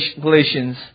Galatians